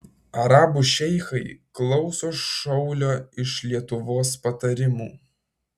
arabų šeichai klauso šaulio iš lietuvos patarimų